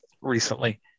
recently